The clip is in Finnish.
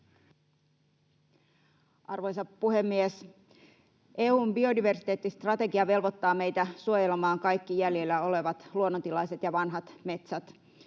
Arvoisa puhemies! EU:n biodiversiteettistrategia velvoittaa meitä suojelemaan kaikki jäljellä olevat luonnontilaiset ja vanhat metsät.